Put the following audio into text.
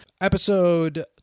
Episode